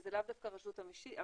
שזה לאו דווקא רשות המיסים,